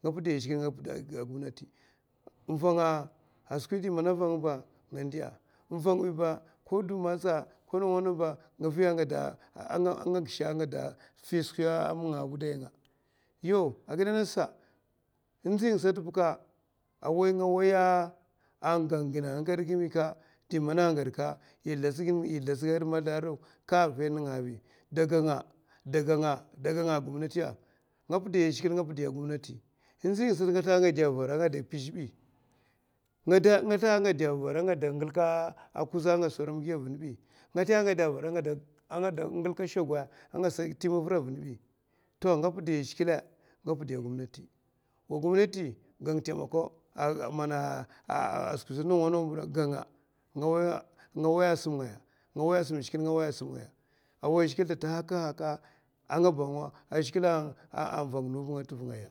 Nga pudiya a zhigilè nga pudiya a gomnati, n'vanga a skwi diman nga ndi a magatsa nga ndiya nvanga ɓi ba ko du ba, nga gisha a nga da n'fi skwi ma nga a wudaynga. yau ndzi nga sata ba nga way mana yau a ganga anga gaèka ɓi ka, yè zlatsga a huè mazlara daga nga daga nga a gomnati a nga pudiya a zhigilè nga pudiya a gomnati, ndzi nga sata nga zlaha anga dè avara angada pizhè ɓi, nga zlaha a nga dè a vara a nga da ngilka kuza a nga sada rèm gi ɓi. nga zlaha a nga dè vara angada ngilka shagwa angasa da ti mavura avun ɓi. nga pudiya a gomnati wa gomnati gang taimako, taimako nawa nawa bèka ganga nga waya a sum zhiglè nga waya a sum ngaya, away zhigilè da takaha ka a ka ba zhigilè vanga tɗva ngaya.